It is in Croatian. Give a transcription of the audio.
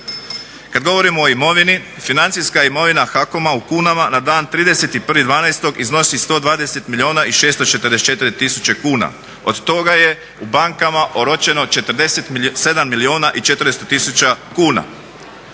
Kad govorimo o imovini financijska imovina HAKOM-a u kunama na dan 31.12. iznosi 120 milijuna i 644 tisuće kuna. Od toga je u bankama oročeno 47 milijuna 400 tisuća kuna.